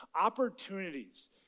Opportunities